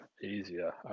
easier